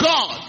God